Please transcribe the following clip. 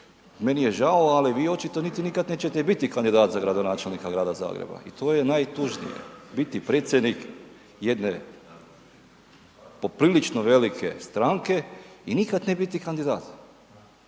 meni je žao ali vi očito niti nikad nećete biti kandidat za gradonačelnika Grada Zagreba i to je najtužnije. Biti predsjednik jedne poprilično velike stranke i nikad ne biti kandidat.